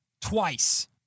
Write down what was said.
twice